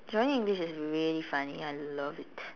Johnny English is really funny I love it